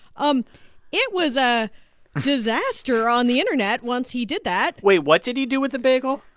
um it was a disaster on the internet once he did that wait. what did he do with the bagel?